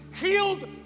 healed